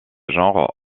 genre